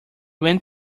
went